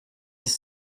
his